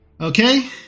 Okay